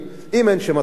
אם אין שם אטרקציות,